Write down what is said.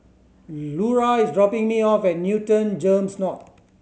Lura is dropping me off at Newton GEMS North